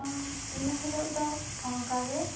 ᱤᱱᱟᱹ ᱦᱤᱞᱳᱜ ᱫᱚ ᱚᱱᱠᱟ ᱜᱮ